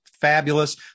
fabulous